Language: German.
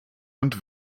und